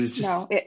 No